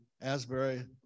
Asbury